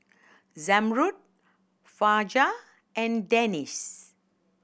Zamrud Fajar and Danish